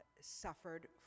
suffered